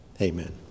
amen